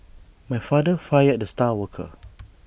my father fired the star worker